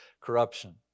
corruption